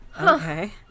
okay